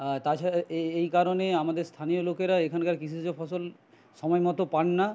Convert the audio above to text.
আর তাছা এই কারণে আমাদের স্থানীয় লোকেরা এখানকার কৃষিজ ফসল সময় মতো পান না